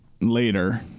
later